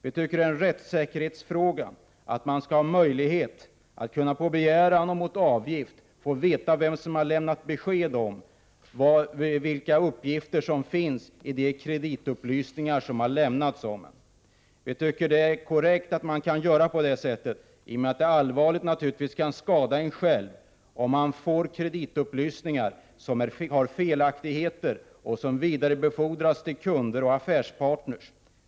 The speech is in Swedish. Vi tycker att det är en rättssäkerhetsfråga att man skall ha möjlighet att på begäran och mot avgift få besked om källan till registrerade uppgifter. Vi anser att detta är korrekt, eftersom det allvarligt kan skada en näringsidkare om han får felaktiga kreditupplysningar, som vidarebefordras till kunder och affärspartner.